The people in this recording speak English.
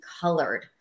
colored